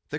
the